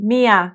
Mia